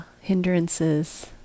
hindrances